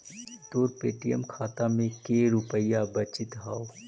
तोर पे.टी.एम खाता में के रुपाइया बचित हउ